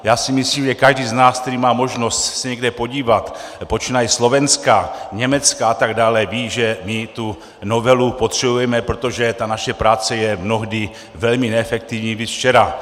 Já si myslím, že každý z nás, který má možnost se někde podívat, počínaje Slovenskem, Německem atd., ví, že my tu novelu potřebujeme, protože naše práce je mnohdy velmi neefektivní, viz včera.